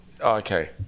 okay